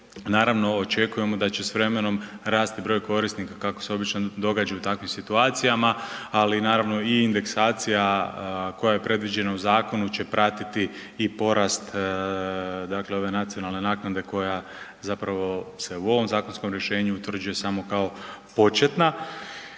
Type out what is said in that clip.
Naravno, očekujemo da će s vremenom rasti broj korisnika kako se obično događa u takvim situacijama, ali naravno i indeksacija koja je predviđena u zakonu će pratiti i porast, dakle ove nacionalne naknade koja zapravo se u ovom zakonskom rješenju utvrđuje samo kao početka